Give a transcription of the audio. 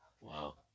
Wow